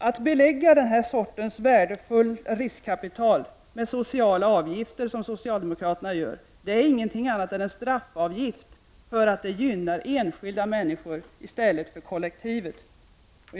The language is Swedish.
Att belägga den sortens värdefullt riskkapital med sociala avgifter, som socialdemokraterna gör, är inget annat än en straffavgift, eftersom den gynnar enskilda människor i stället för kapitalet.